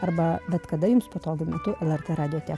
arba bet kada jums patogiu metu ar ką radote